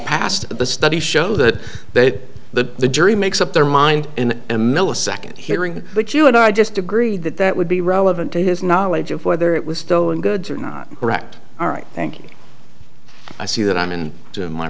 past the studies show that they did the the jury makes up their mind in a millisecond hearing but you and i just agreed that that would be relevant to his knowledge of whether it was stolen goods or not correct all right thank you i see that i'm in my